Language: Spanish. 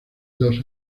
dos